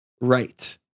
right